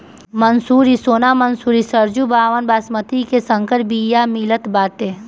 मंसूरी, सोना मंसूरी, सरजूबावन, बॉसमति के संकर बिया मितल बाटे